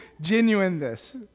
genuineness